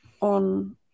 on